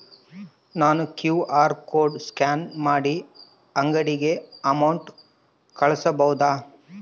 ನಾನು QR code scan ಮಾಡಿ ಅಂಗಡಿಗೆ ಅಮೌಂಟ್ ಕಳಿಸಬಹುದಾ?